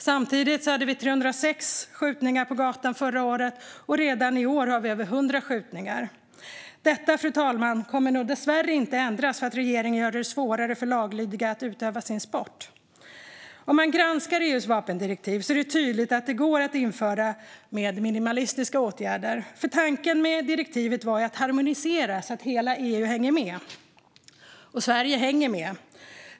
Vi hade 306 skjutningar på gatan förra året, och i år har vi redan haft över 100 skjutningar. Detta, fru talman, kommer nog dessvärre inte att ändras för att regeringen gör det svårare för laglydiga att utöva sin sport. Om man granskar EU:s vapendirektiv ser man att det är tydligt att detta går att införa med minimalistiska åtgärder, för tanken med direktivet var att harmonisera så att hela EU hänger med. Och Sverige hänger med.